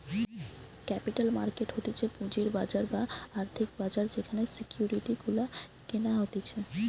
capital market হতিছে পুঁজির বাজার বা আর্থিক বাজার যেখানে সিকিউরিটি গুলা কেনা হতিছে